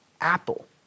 Apple